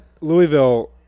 Louisville